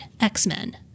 X-Men